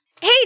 Hey